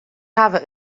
hawwe